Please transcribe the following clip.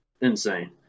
insane